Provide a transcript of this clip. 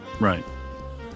right